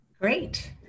Great